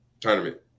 Tournament